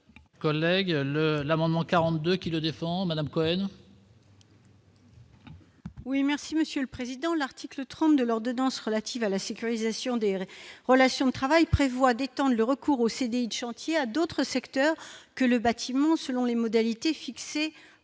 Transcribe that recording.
l'amendement 42 le défend Madame Cohen. Oui, merci Monsieur le Président, l'article 30 de l'ordonnance relative à la sécurisation des raies relation de travail prévoit des temps, le recours aux CDI de chantier à d'autres secteurs que le bâtiment, selon les modalités fixées